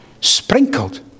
sprinkled